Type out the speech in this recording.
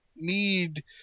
need